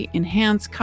enhance